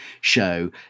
show